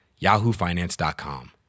yahoofinance.com